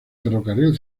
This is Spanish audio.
ferrocarril